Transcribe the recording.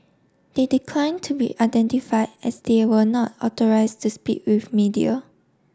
they declined to be identified as they were not authorised to speak with media